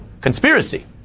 conspiracy